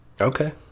Okay